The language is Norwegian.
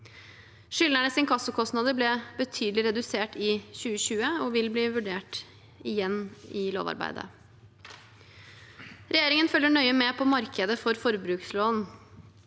Skyldnernes inkassokostnader ble betydelig redusert i 2020 og vil bli vurdert igjen i lovarbeidet. Regjeringen følger nøye med på markedet for forbrukslån.